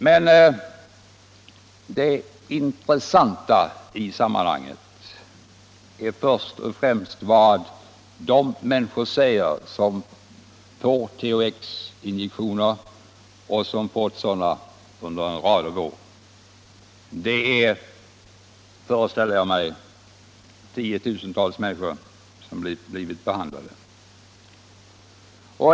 Men det intressanta i sammanhanget är först och främst vad de människor säger som får THX-injektioner och som har fått sådana under en rad år. Det är, föreställer jag mig, tiotusentals människor som har blivit behandlade.